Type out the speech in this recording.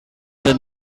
set